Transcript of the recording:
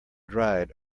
dried